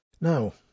Now